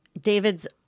David's